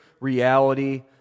reality